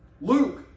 Luke